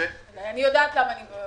אני יודעת למה אני אומרת.